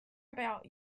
about